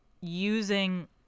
using